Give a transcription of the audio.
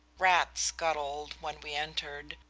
rats scuttled when we entered,